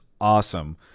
awesome